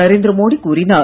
நரேந்திர மோடி கூறினார்